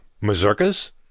Mazurkas